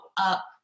up